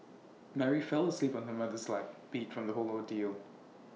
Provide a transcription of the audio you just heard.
Mary fell asleep on her mother's lap beat from the whole ordeal